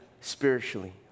spiritually